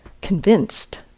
convinced